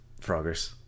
Frogger's